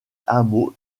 hameau